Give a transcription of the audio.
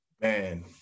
Man